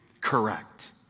correct